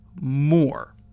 more